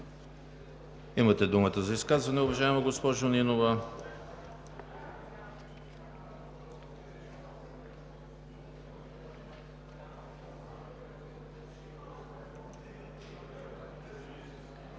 Имате думата за изказване, уважаема госпожо Нинова.